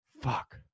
Fuck